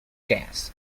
jazz